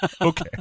okay